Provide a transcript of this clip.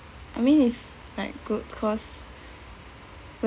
I mean is like good cause